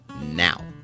now